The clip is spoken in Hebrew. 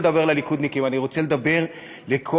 אני לא רוצה לדבר לליכודניקים,